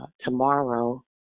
tomorrow